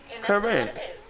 correct